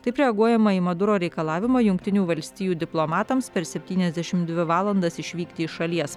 taip reaguojama į maduro reikalavimą jungtinių valstijų diplomatams per septyniasdešim dvi valandas išvykti iš šalies